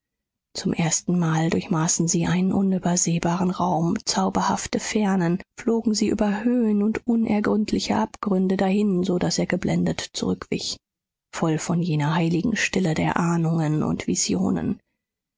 zum ersten mal durchmaßen sie einen unübersehbaren raum zauberhafte fernen flogen sie über höhen und unergründliche abgründe dahin so daß er geblendet zurückwich voll von jener heiligen stille der ahnungen und visionen